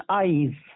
eyes